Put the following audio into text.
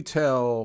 tell